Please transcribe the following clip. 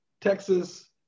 Texas